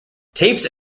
tapes